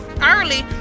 early